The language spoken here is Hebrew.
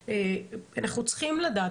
אנחנו צריכים לדעת.